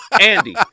Andy